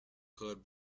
could